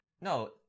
No